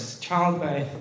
Childbirth